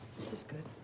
this is good.